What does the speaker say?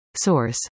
Source